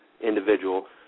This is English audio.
individual